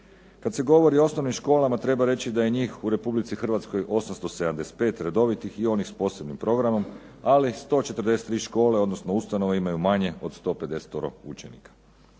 Kad se govori o osnovnim školama treba reći da je njih u Republici 875 redovitih i onih s posebnim programom, ali 143 škole odnosno ustanove imaju manje od 150 učenika.